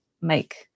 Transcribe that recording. make